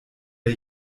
der